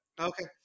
Okay